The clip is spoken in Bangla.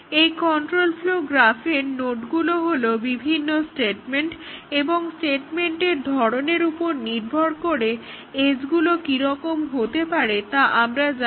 এই কন্ট্রোল ফ্লোও গ্রাফের নোডগুলো হলো বিভিন্ন স্টেটমেন্ট এবং স্টেটমেন্ট এর ধরনের উপর নির্ভর করে এজগুলো কি রকম হতে পারে তা আমরা জানি